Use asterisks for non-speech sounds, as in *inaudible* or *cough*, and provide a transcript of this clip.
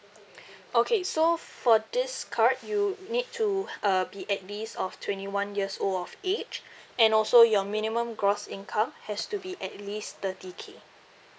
*breath* okay so for this correct you'd need to *breath* uh be at least of twenty one years old of age *breath* and also your minimum gross income has to be at least thirty K